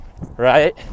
Right